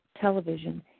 television